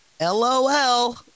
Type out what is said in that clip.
LOL